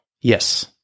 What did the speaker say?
Yes